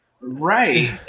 right